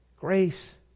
Grace